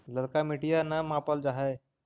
ललका मिटीया न पाबल जा है?